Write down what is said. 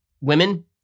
women